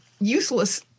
useless